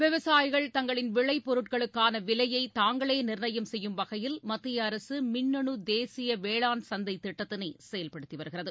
விவசாயிகள் தங்களின் விளைபொருட்களுக்கானவிலையைதாங்களேநிர்ணயம் செய்யும் வகையில் மத்தியஅரசுமின்னனுதேசியவேளாண் சந்தைதிட்டத்தினைசெயல்படுத்திவருகிறது